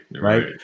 Right